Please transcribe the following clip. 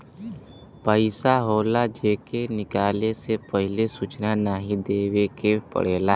पइसा होला जे के निकाले से पहिले सूचना नाही देवे के पड़ेला